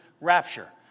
rapture